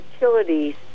Utilities